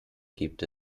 gibt